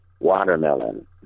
watermelon